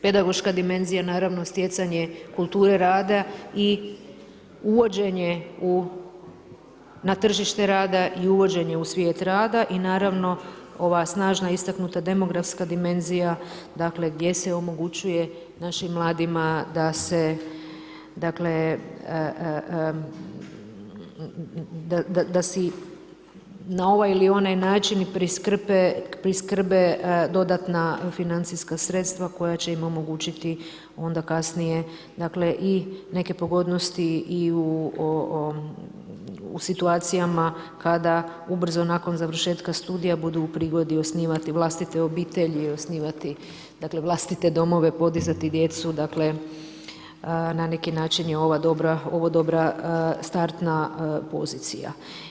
Pedagoška dimenzija, naravno stjecanje kulture rada i uvođenje na tržište i uvođenje u svijet rada i naravno ova snažna istaknuta, demografska dimenzija gdje se omogućuje našim mladima da si na ovaj ili onaj način priskrbe dodatna financijska sredstva koja će im omogućiti onda kasnije i neke pogodnosti i u situacijama kada ubrzo nakon završetka studija, budu u prigodi osnivati vlastite obitelji, osnivati vlastite domove, podizati djecu, dakle na neki način je ovo dobra startna pozicija.